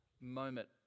moment